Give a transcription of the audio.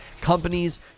companies